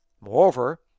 Moreover